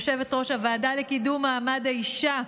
יושבת-ראש הוועדה לקידום מעמד האישה,